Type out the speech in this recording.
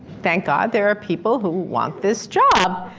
thank god there are people who want this job.